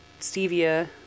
stevia